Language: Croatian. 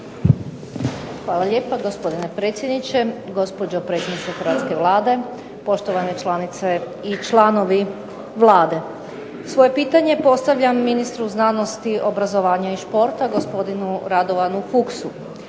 Hvala lijepa gospodine predsjedniče, gospođo predsjednice Hrvatske vlade, poštovane članice i članovi Vlade. Svoje pitanje postavljam ministru znanosti, obrazovanja i športa gospodinu Radovanu Fuchsu.